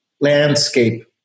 landscape